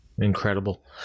Incredible